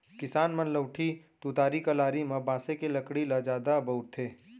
किसान मन लउठी, तुतारी, कलारी म बांसे के लकड़ी ल जादा बउरथे